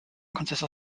consists